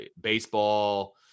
baseball